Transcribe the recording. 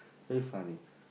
so funny